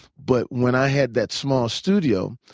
but when i had that small studio,